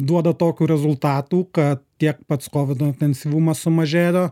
duoda tokių rezultatų kad tiek pats kovido intensyvumas sumažėjo